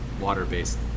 water-based